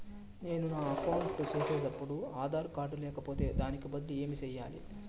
నేను నా అకౌంట్ సేసేటప్పుడు ఆధార్ కార్డు లేకపోతే దానికి బదులు ఏమి సెయ్యాలి?